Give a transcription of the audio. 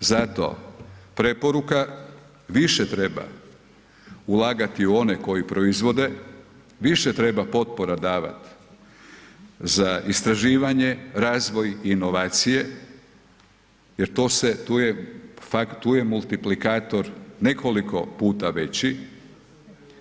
Zato preporuka, više treba ulagati u one koji proizvode, više treba potpora davat za istraživanje, razvoj i inovacije jer tu je multiplikator nekoliko puta veći